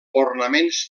ornaments